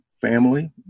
family